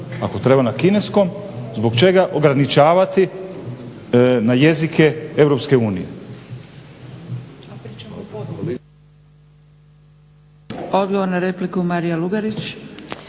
Ako treba na kineskom zbog čega ograničavati na jezike EU?